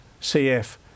CF